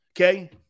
Okay